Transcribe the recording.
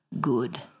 good